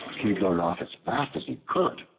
he rode off as fast as he could.